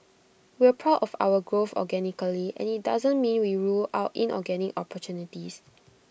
we're proud of our growth organically and IT doesn't mean we rule out inorganic opportunities